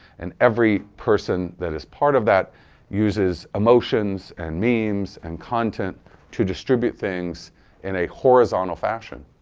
and every person that is part of that uses emotions and memes and content to distributor things in a horizontal fashion.